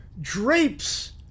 drapes